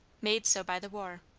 made so by the war.